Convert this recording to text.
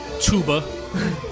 Tuba